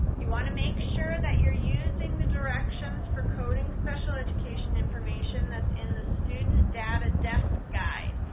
you want to make sure that you're using the directions for coding special education information that's in the student data desk guide.